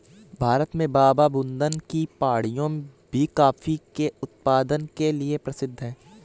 भारत में बाबाबुदन की पहाड़ियां भी कॉफी के उत्पादन के लिए प्रसिद्ध है